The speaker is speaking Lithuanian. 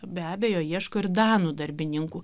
be abejo ieško ir danų darbininkų